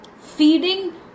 feeding